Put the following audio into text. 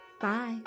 Bye